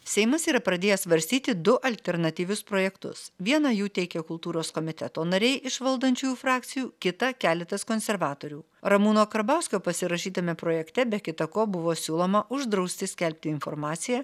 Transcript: seimas yra pradėjęs svarstyti du alternatyvius projektus vieną jų teikia kultūros komiteto nariai iš valdančiųjų frakcijų kitą keletas konservatorių ramūno karbauskio pasirašytame projekte be kita ko buvo siūloma uždrausti skelbti informaciją